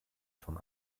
von